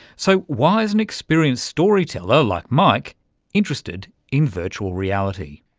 so why is an experienced storyteller like mike interested in virtual reality?